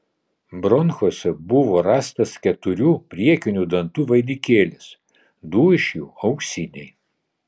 bronchuose buvo rastas keturių priekinių dantų vainikėlis du iš jų auksiniai